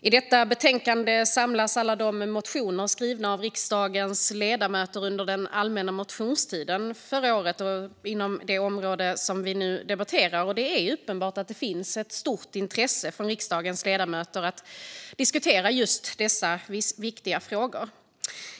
I betänkandet samlas alla de motioner skrivna av riksdagens ledamöter under allmänna motionstiden i höstas och som rör det område vi nu debatterar Det är uppenbart att det finns ett stort intresse hos riksdagens ledamöter att diskutera dessa viktiga frågor.